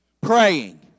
praying